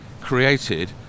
created